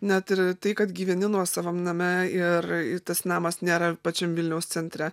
net ir tai kad gyveni nuosavam name ir tas namas nėra pačiam vilniaus centre